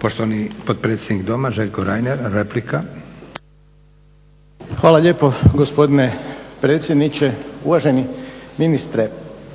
Poštovani potpredsjednik Doma, Željko Reiner, replika. **Reiner, Željko (HDZ)** Hvala lijepo gospodine predsjedniče. Uvaženi ministre,